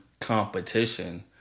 competition